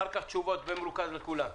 אחר כך תשובות במרוכז לכולם.